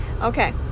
Okay